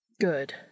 Good